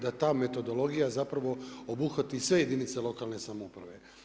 Da, ta metodologija, zapravo obuhvati sve jedinice lokalne samouprave.